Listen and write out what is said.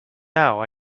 now